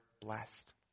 blessed